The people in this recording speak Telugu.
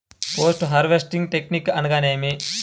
పోస్ట్ హార్వెస్టింగ్ టెక్నిక్ అనగా నేమి?